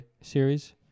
series